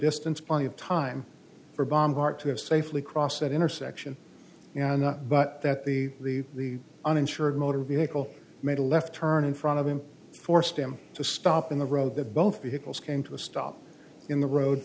distance plenty of time for bombard to have safely cross that intersection you know not but that the the the uninsured motor vehicle made a left turn in front of him forced him to stop in the road the both vehicles came to a stop in the road